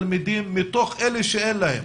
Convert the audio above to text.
מתוך אלה שאין להם,